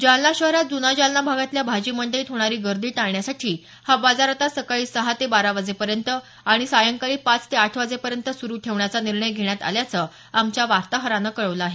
जालना शहरात जूना जालना भागातल्या भाजीमंडईत होणारी गर्दी टाळण्यासाठी हा बाजार आता सकाळी सहा ते बारावाजेपर्यंत आणि सायंकाळी पाच ते आठवाजेपर्यंतचं सुरु ठेवण्याचा निर्णय घेण्यात आल्यांचं आमच्या वार्ताहरानं कळवलं आहे